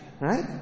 Right